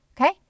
okay